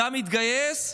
אתה מתגייס,